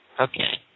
Okay